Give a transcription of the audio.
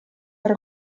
per